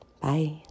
bye